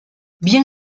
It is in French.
bien